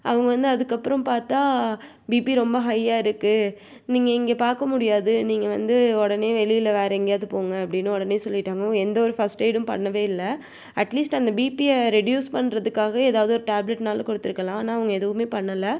அவங்க வந்து அதற்கப்றம் பார்த்தா பிபி ரொம்ப ஹையாக இருக்கு நீங்கள் இங்கே பார்க்க முடியாது நீங்கள் வந்து உடனே வெளியில வேறு எங்கேயாவது போங்க அப்படின்னு உடனே சொல்லிவிட்டாங்க அவங்க எந்த ஒரு ஃபர்ஸ்ட் எய்டும் பண்ணவே இல்லை அட்லீஸ்ட் அந்த பிபியை ரெடியூஸ் பண்ணுறதுக்காக எதாவது ஒரு டேப்லெட்னாலும் கொடுத்துருக்கலாம் ஆனால் அவங்க எதுவுமே பண்ணல